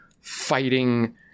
fighting